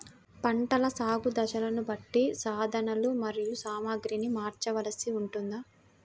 పంటల సాగు దశలను బట్టి సాధనలు మరియు సామాగ్రిని మార్చవలసి ఉంటుందా?